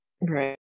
Right